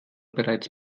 bereits